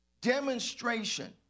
demonstration